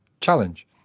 challenge